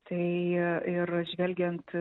tai ir žvelgiant